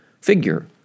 figure